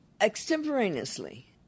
extemporaneously